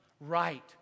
right